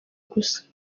gusa